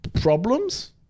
problems